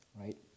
right